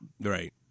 Right